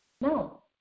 No